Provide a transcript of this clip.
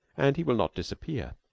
and he will not disappear.